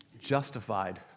Justified